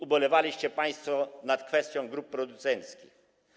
Ubolewaliście państwo nad kwestią grup producenckich.